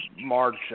March